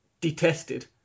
detested